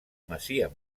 masia